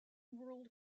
world